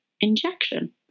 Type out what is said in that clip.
injection